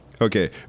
okay